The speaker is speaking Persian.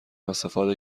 استفاده